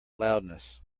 loudness